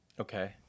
Okay